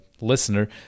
listener